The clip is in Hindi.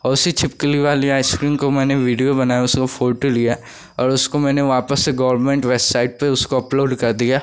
औ उसी छिपकली वाली आइसक्रीम को मैंने वीडियो बनाया उसका फ़ोटो लिया और उसको मैंने वापस से गोरमेंट वेबसाइट पर उसको अपलोड कर दिया